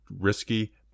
risky